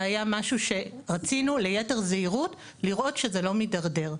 וזה היה משהו שרצינו ליתר זהירות לראות שזה לא מתדרדר.